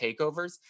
takeovers